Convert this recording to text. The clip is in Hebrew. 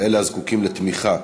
לאלה הזקוקים לתמיכה,